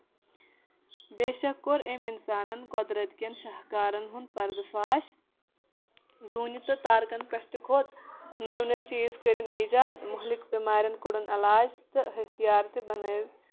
بےٚ شکھ کوٚر أمۍ اِنسانن قۄدرتکٮ۪ن شاہ کارن ہُنٛد پردٕ فاش زوٗنہِ تہٕ تارکن پٮ۪ٹھ تہِ کھوٚت نٔوۍ نٔوۍ چیٖز کٔرِنۍ ایجاد مُہلِکۍ بیمارٮ۪ن کوٚڈُن علاج تہٕ ۂتِھیار تہِ بَنٲوِنۍ